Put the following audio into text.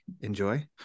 enjoy